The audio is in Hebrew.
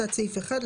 תת סעיף 1,